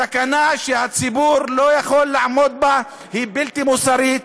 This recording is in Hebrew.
תקנה שהציבור לא יכול לעמוד בה היא בלתי מוסרית,